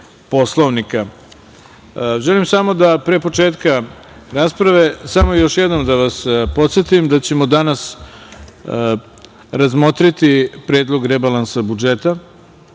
Poslovnika. Želim samo da pre početka rasprave, samo još jednom da vas podsetim, da ćemo danas razmotriti Predlog rebalansa budžeta